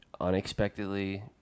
unexpectedly